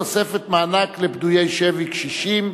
תוספת מענק לפדויי שבי קשישים),